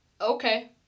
Okay